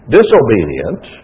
disobedient